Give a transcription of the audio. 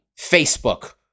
Facebook